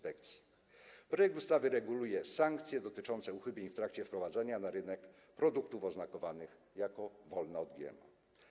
Projekt ustawy reguluje sankcje dotyczące uchybień w trakcie wprowadzania na rynek produktów oznakowanych jako wolne od GMO.